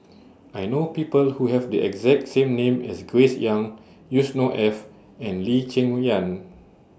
I know People Who Have The exact name as Grace Young Yusnor Ef and Lee Cheng Yan